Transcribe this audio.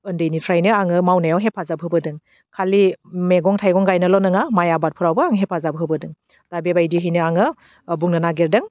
उन्दैनिफ्रायनो आङो मावनायाव हेफाजाब होबोदों खालि मेगं थाइगं गायनायल' नङा माइ आबादफ्रावबो आं हेफाजाब होबोदों दा बेबायदिहैनो आङो बुंनो नागिरदों